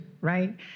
right